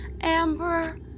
Amber